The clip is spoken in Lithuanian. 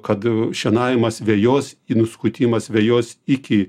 kad šienavimas vejos nuskutimas vejos iki